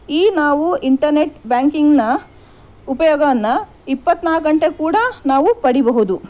ಈ ನಾವು ಇಂಟರ್ನೆಟ್ ಬ್ಯಾಂಕಿಂಗ್ನ ಉಪಯೋಗವನ್ನು ಇಪ್ಪತ್ತನಾಲ್ಕು ಗಂಟೆ ಕೂಡ ನಾವು ಪಡಿಬಹುದು